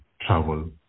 travel